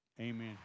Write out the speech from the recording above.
amen